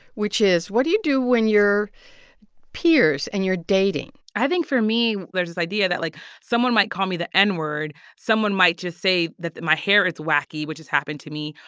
which is what do you do when you're peers, and you're dating? i think, for me, there's this idea that like someone might call me the n-word. someone might just say that my hair is wacky, which has happened to me.